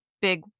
big